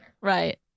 Right